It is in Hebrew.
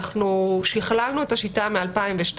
אנחנו שכללנו את השיטה מ-2012.